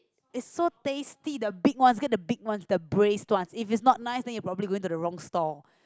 is so tasty the big one you get the one the braised one if it is not nice then you probably go into the wrong stall